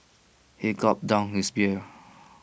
he gulped down his beer